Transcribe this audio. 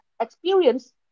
experience